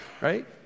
right